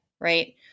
right